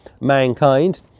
mankind